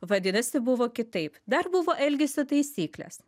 vadinasi buvo kitaip dar buvo elgesio taisyklės